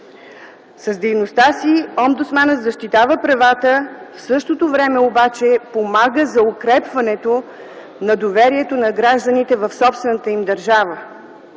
С дейността си омбудсманът защитава правата, в същото време, обаче помага за укрепването на доверието на гражданите в собствената им държава.